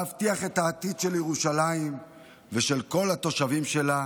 להבטיח את העתיד של ירושלים ושל כל התושבים שלה